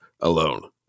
alone